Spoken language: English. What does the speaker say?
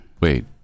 Wait